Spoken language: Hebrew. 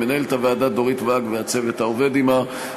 למנהלת הוועדה דורית ואג ולצוות העובד עמה,